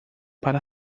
para